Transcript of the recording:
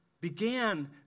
began